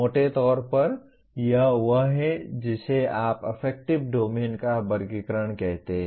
मोटे तौर पर यह वह है जिसे आप अफेक्टिव डोमेन का वर्गीकरण कहते हैं